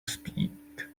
speak